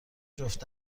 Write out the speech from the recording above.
جفت